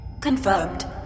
Confirmed